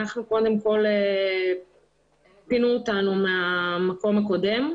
קודם כל פינו אותנו מהמקום הקודם,